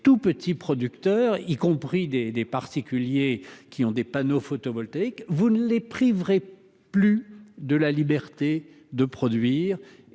tout petits producteurs, y compris des des particuliers qui ont des panneaux photovoltaïques, vous ne les priverait, plus de la liberté de produire